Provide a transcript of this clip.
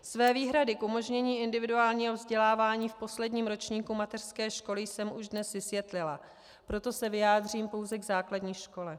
Své výhrady k umožnění individuálního vzdělávání v posledním ročníku mateřské školy jsem už dnes vysvětlila, proto se vyjádřím pouze k základní škole.